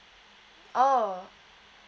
oh